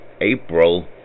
April